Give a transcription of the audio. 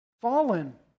fallen